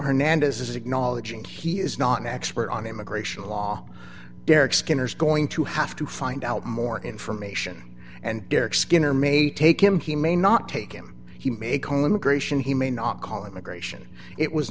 hernandez is acknowledging he is not an expert on immigration law derek skinner's going to have to find out more information and derek skinner may take him he may not take him he may call immigration he may not call immigration it was